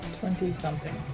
Twenty-something